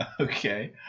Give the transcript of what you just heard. Okay